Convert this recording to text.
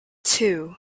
two